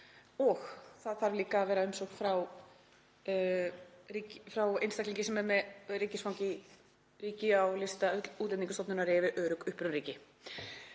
og það þarf líka að vera umsókn frá einstaklingi sem er með ríkisfang í ríki á lista Útlendingastofnunar yfir örugg upprunaríki.